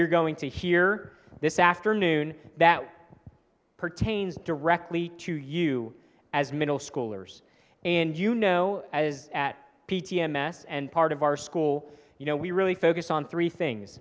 you're going to hear this afternoon that pertains directly to you as middle schoolers and you know as at p t s and part of our school you know we really focus on three things